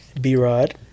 B-Rod